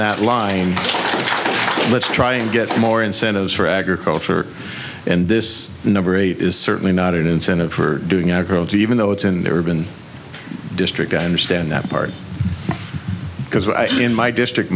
that line let's try and get more incentives for agriculture and this number eight is certainly not an incentive for doing our girls even though it's in the urban district i understand that part because in my district